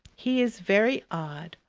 he is very odd.